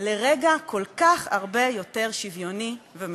לרגע כל כך הרבה יותר שוויוני ומשותף.